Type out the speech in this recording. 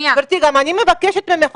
גברתי, גם אני מבקשת ממך.